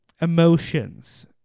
emotions